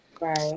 Right